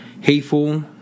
hateful